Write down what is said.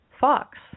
Fox